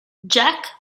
jack